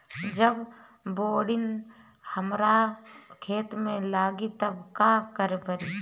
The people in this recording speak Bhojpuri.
जब बोडिन हमारा खेत मे लागी तब का करे परी?